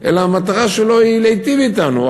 אלא המטרה שלו היא להיטיב אתנו.